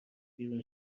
بیرون